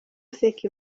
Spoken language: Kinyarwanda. aseka